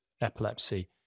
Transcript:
epilepsy